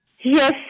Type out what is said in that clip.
Yes